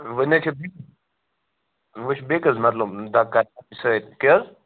وۅنۍ نہ حظ چھِ وُچھ بیٚیِس مَطلَب دَگ کرِ سٍتۍ کہِ حظ